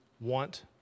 want